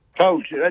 coach